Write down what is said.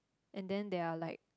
and then there are like